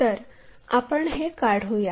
तर आपण हे काढूया